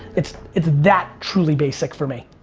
it's it's that truly basic for me.